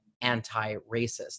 anti-racist